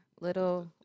little